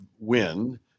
win